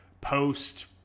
post